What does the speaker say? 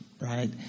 right